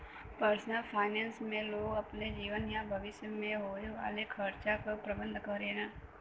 personal finance में लोग अपने जीवन या भविष्य में होये वाले खर्चा क प्रबंधन करेलन